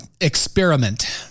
experiment